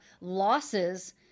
losses